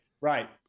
right